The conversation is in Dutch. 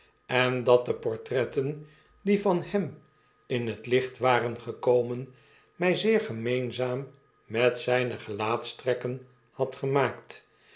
en dat de portretten die van hem in het licht waren gekomen mij zeer gemeenzaam met zjjne gelaatstrekken hadden gemaakt